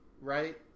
right